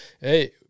hey